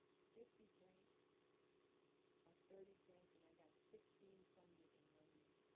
fifty grants or thirty grants, and i got sixteen funding in one year.